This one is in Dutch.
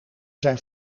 zijn